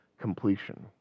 completion